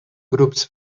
grups